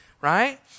right